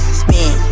spin